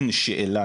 אין שאלה,